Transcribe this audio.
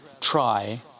try